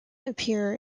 appear